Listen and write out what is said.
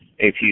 AP